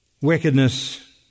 wickedness